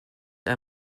are